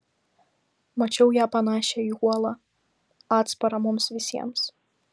mačiau ją panašią į uolą atsparą mums visiems